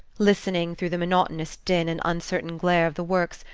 listening, through the monotonous din and uncertain glare of the works,